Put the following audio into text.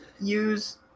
use